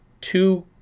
two